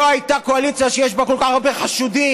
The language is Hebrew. לא הייתה קואליציה שיש בה כל כך הרבה חשודים.